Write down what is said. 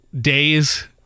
days